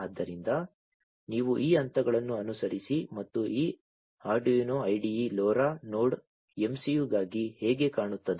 ಆದ್ದರಿಂದ ನೀವು ಈ ಹಂತಗಳನ್ನು ಅನುಸರಿಸಿ ಮತ್ತು ಈ Arduino IDE LoRa node MCU ಗಾಗಿ ಹೇಗೆ ಕಾಣುತ್ತದೆ